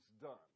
done